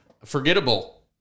Forgettable